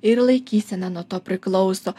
ir laikysena nuo to priklauso